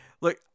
Look